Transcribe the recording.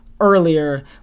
earlier